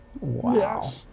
Wow